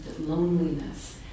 loneliness